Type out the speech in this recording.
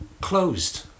closed